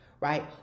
right